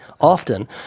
often